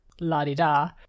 la-di-da